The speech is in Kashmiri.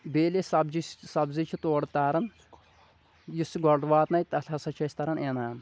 بیٚیہِ ییٚلہِ أسۍ سبجی سبزی چھِ تورٕ تاران یُس گۄڈٕ واتنایہِ تتھ ہسا چھِ أسۍ تران انعام